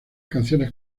canciones